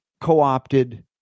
co-opted